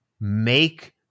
Make